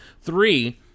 Three